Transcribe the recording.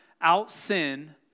out-sin